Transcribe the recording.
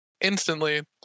Instantly